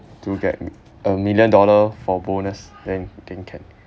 to get a million dollar for bonus then I think can